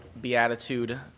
beatitude